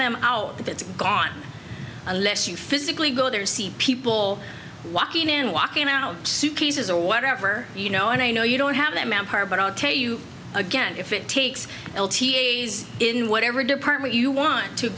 them out that's gone unless you physically go there see people walking and walking out suitcases or whatever you know and i know you don't have them out hard but i'll tell you again if it takes l t a's in whatever department you want to